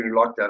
lockdown